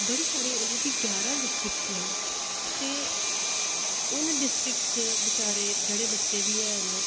बड़ी सारे मतलब की ग्यारहां डिस्ट्रिक्स न ते उनें डिस्ट्रिक्स च बेचारे जेह्ड़े बच्चे बी हैन